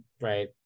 Right